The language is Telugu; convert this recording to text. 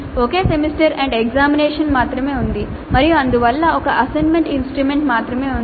ఒకే సెమిస్టర్ ఎండ్ ఎగ్జామినేషన్ మాత్రమే ఉంది మరియు అందువల్ల ఒక అసెస్మెంట్ ఇన్స్ట్రుమెంట్ మాత్రమే ఉంది